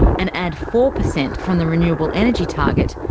and add four percent from the renewable energy target,